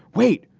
wait.